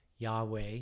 Yahweh